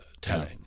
telling